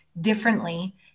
differently